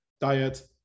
diet